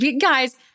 Guys